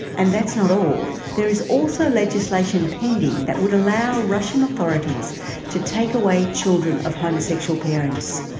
and that's not all, there is also legislation pending that would allow russian authorities to take away children of homosexual parents.